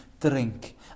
drink